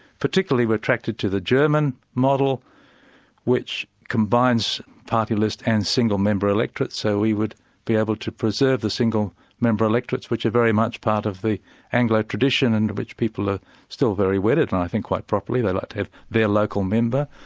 particularly retracted to the german model which combines party list and single member electorates, so we would be able to preserve the single member electorates which are very much part of the anglo tradition and to which people are still very wedded, and i think quite properly, they like to have their local member.